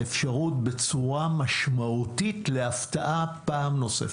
בצורה משמעותית את האפשרות להפתעה פעם נוספת?